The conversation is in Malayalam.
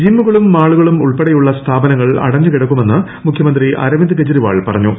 ജിമ്മുകളും മാളുകളും ഉൾപ്പെടെയുള്ള സ്ഥാപനങ്ങൾ അടഞ്ഞു കിടക്കുമെന്ന് മുഖ്യമന്ത്രി ് അരവിന്ദ് കെജ്രിവാൾ പറഞ്ഞു